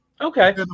Okay